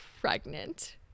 pregnant